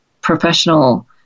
professional